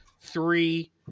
three